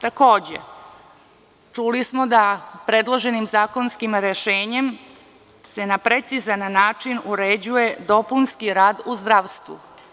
Takođe, čuli smo da predloženim zakonskim rešenjem se na precizan način uređuje dopunski rad u zdravstvu.